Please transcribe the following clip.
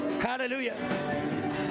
Hallelujah